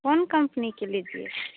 कौन कंपनी के लीजिएगा